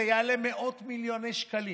זה יעלה מאות מיליוני שקלים,